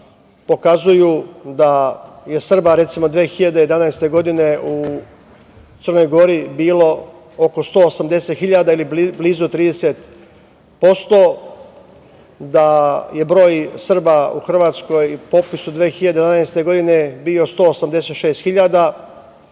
pokazuju da je, recimo, 2011. godine u Crnoj Gori bilo oko 180.000 ili blizu 30%, da je broj Srba u Hrvatskoj po popisu iz 2011. godine bio 186.000,